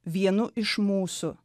vienu iš mūsų